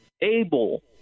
able